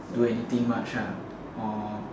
do anything much or